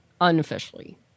unofficially